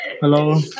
Hello